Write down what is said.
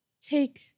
take